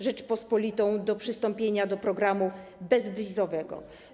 Rzeczpospolitą do przystąpienia do programu bezwizowego.